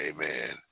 Amen